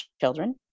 children